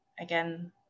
Again